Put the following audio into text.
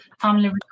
family